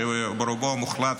שברובו המוחלט,